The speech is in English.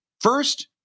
first